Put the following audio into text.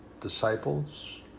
disciples